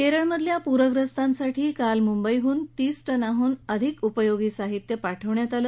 क्रिकेच्या प्रग्रस्तांसाठी काल मुंबईहन तीस टनाहन अधिक उपयोगी साहित्य पाठवण्यात आलं